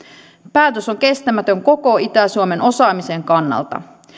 päätös on kestämätön koko itä suomen osaamisen kannalta